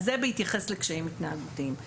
אז זה בהתייחס לקשיים התנהגותיים.